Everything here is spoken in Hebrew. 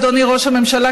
אדוני ראש הממשלה,